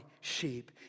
sheep